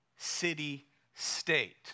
city-state